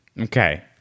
Okay